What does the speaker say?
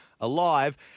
alive